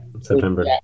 September